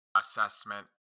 assessment